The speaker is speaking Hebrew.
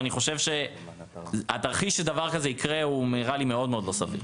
הסיכוי שתרחיש כזה יקרה נראה לי מאוד מאוד לא סביר.